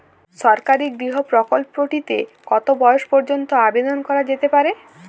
সরকারি গৃহ প্রকল্পটি তে কত বয়স পর্যন্ত আবেদন করা যেতে পারে?